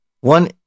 one